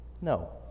No